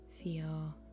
feel